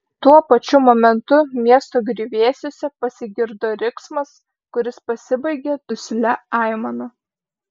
tuo pačiu momentu miesto griuvėsiuose pasigirdo riksmas kuris pasibaigė duslia aimana